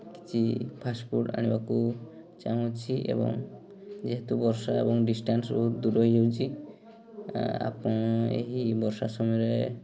କିଛି fast food ଆଣିବାକୁ ଚାହୁଁଛି ଏବଂ ଯେହେତୁ ବର୍ଷା ଏବଂ ଡିଷ୍ଟାନ୍ସ ବହୁତ ଦୂର ହେଇଯାଉଛି ଆପଣ ଏହି ବର୍ଷା ସମୟରେ